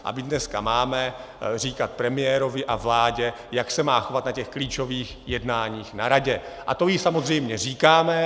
A my dneska máme říkat premiérovi a vládě, jak se má chovat na klíčových jednáních na Radě, a to samozřejmě říkáme.